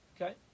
Okay